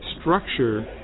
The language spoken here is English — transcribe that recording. structure